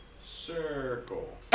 circle